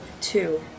two